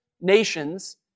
nations